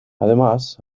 además